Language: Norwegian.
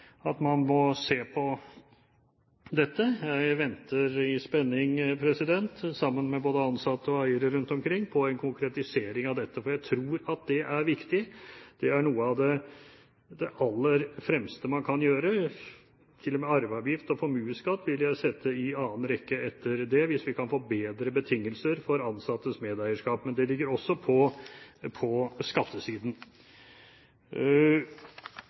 at man må se på dette. Jeg venter i spenning, sammen med både ansatte og eiere rundt omkring, på en konkretisering av dette, for jeg tror at det er viktig. Det er noe av det aller fremste man kan gjøre – til og med arveavgift og formuesskatt vil jeg sette i annen rekke etter det, hvis vi kan få bedre betingelser for ansattes medeierskap. Men det ligger også på skattesiden.